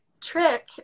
trick